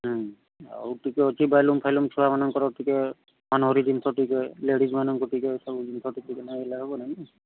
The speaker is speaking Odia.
ଆଉ ଟିକେ ଅଛି ବେଲୁନ୍ ଫେଲୁନ୍ ଛୁଆମାନଙ୍କର ଟିକେ ମନୋହରି ଜିନିଷ ଟିକେ ଲେଡ଼ିଜ୍ ମାନଙ୍କର ଟିକେ ସବୁ ଜିନିଷ ଟିକେ ହେବ ନାହିଁ